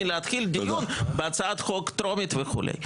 להתחיל דיון בהצעת חוק טרומית וכו'.